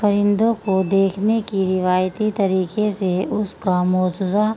پرندوں کو دیکھنے کی روایتی طریقے سے اس کا موجزہ